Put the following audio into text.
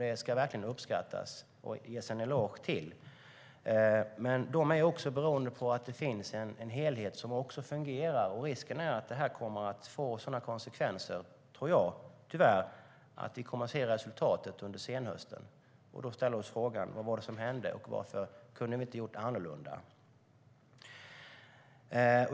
Det ska vi verkligen uppskatta och ge dem en eloge för. Men de är också beroende av att det finns en helhet som fungerar. Jag tror tyvärr att risken är att detta kan få konsekvenser som vi kommer att se resultatet av under senhösten. Då får vi ställa oss frågan: Vad var det som hände? Och varför kunde vi inte ha gjort annorlunda?